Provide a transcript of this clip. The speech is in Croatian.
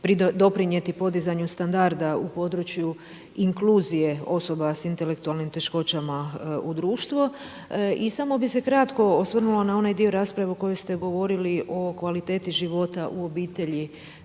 doprinijeti podizanju standarda u području inkluzije osoba sa intelektualnim teškoćama u društvo. I samo bih se kratko osvrnula na onaj dio rasprave o kojoj ste govorili o kvaliteti života u obitelji